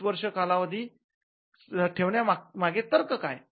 वीस वर्ष कालावधी ठेवण्यामागे तर्क काय